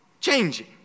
changing